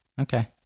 Okay